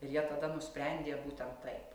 ir jie tada nusprendė būtent taip